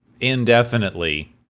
indefinitely